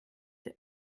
der